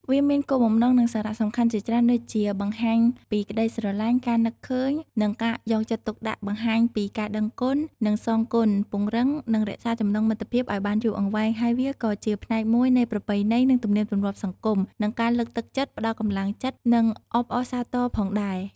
វាមានគោលបំណង និងសារៈសំខាន់ជាច្រើនដូចជា បង្ហាញពីក្តីស្រឡាញ់ ការនឹកឃើញ និងការយកចិត្តទុកដាក់ បង្ហាញពីការដឹងគុណ និងសងគុណ ពង្រឹង និងរក្សាចំណងមិត្តភាពឲ្យបានយូរអង្វែង ហើយវាក៏ជាផ្នែកមួយនៃប្រពៃណី និងទំនៀមទម្លាប់សង្គម និងការលើកទឹកចិត្ត ផ្តល់កម្លាំងចិត្ត និងអបអរសាទរផងដែរ។